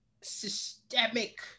systemic